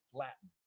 latin